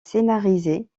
scénarisés